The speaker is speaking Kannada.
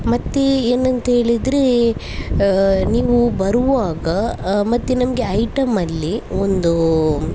ಮತ್ತೆ ಏನಂತ ಹೇಳಿದರೆ ನೀವು ಬರುವಾಗ ಮತ್ತು ನಮಗೆ ಐಟಮಲ್ಲಿ ಒಂದು